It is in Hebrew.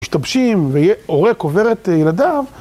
משתבשים, ו... הורה קובר את ילדיו...